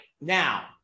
now